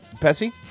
Pessy